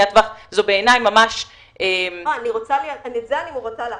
הטווח זו בעיניי ממש --- את זה אני רוצה לעשות.